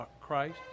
Christ